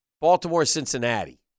Baltimore-Cincinnati